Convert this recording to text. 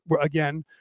again